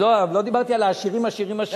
לא דיברתי על העשירים-עשירים-עשירים.